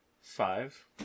five